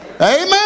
amen